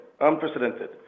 unprecedented